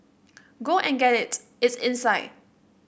go and get it it's inside